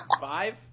Five